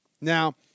Now